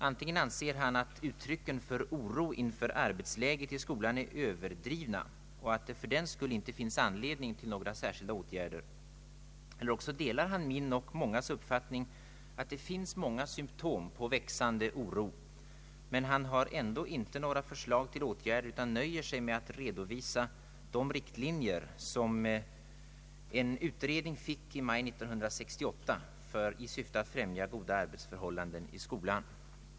Antingen anser han att uttrycken av oro inför arbetsläget i skolan är överdrivna och att det fördenskull inte finns anledning till några särskilda åtgärder, eller också delar han min och mångas uppfattning att det finns många symtom på växande oro. Men han har ändå inte några förslag till åtgärder utan nöjer sig med att redovisa de riktlinjer som gavs i maj 1968 när en utredning tillsattes i syfte att främja goda arbetsförhållanden i skolan.